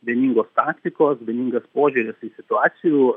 vieningos taktikos vieningas požiūris į situacijų